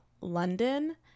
london